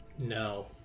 No